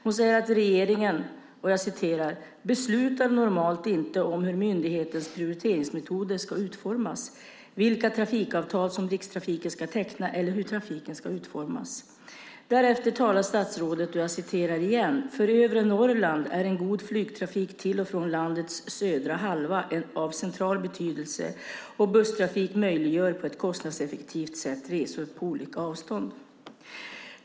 Hon säger att regeringen "beslutar normalt inte om hur myndighetens prioriteringsmetoder ska utformas, vilka trafikavtal som Rikstrafiken ska teckna eller hur trafiken ska utformas". Därefter talar statsrådet om att "för övre Norrland är en god flygtrafik till och från landets södra halva av central betydelse, och busstrafik möjliggör på ett kostnadseffektivt sätt resor på olika avstånd".